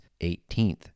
18th